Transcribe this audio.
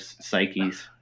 psyches